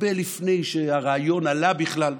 הרבה לפני שהרעיון עלה בכלל.